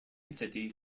city